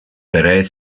per